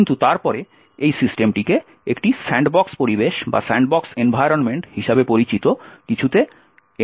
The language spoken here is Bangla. কিন্তু তারপরে এই সিস্টেমটিকে একটি স্যান্ডবক্স পরিবেশ হিসাবে পরিচিত কিছুতে অন্তর্ভুক্ত করব